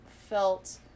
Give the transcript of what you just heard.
felt